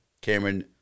Cameron